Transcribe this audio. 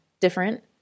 different